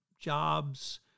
jobs